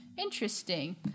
Interesting